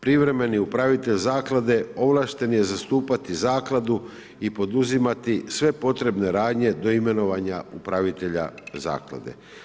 Privremeni upravitelj Zaklade ovlašten je zastupati Zakladu i poduzimati sve potrebne radnje do imenovanje upravitelja Zaklade.